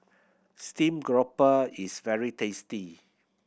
steamed grouper is very tasty